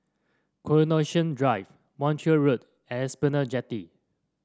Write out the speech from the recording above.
Coronation Drive Montreal Road and Esplanade Jetty